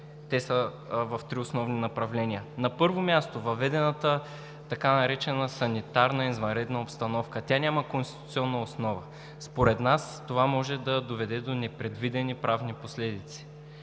Те са в три основни направления. На първо място, въведената така наречена санитарна извънредна обстановка – тя няма конституционна основа. Според нас това може да доведе до непредвидени правни последици.